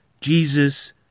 Jesus